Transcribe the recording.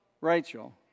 Rachel